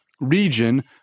region